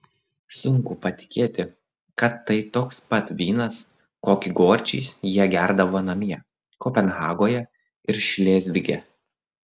sunku patikėti kad tai toks pat vynas kokį gorčiais jie gerdavo namie kopenhagoje ir šlėzvige